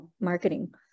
marketing